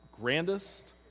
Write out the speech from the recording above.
grandest